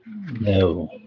No